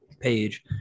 page